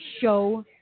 show